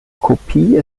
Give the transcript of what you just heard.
kopie